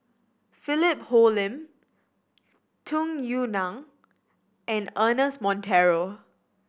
Philip Hoalim Tung Yue Nang and Ernest Monteiro